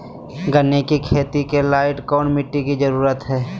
गन्ने की खेती के लाइट कौन मिट्टी की जरूरत है?